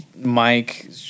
Mike